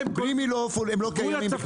בלי מילועוף הם לא קיימים בכלל.